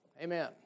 Amen